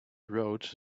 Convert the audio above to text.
roads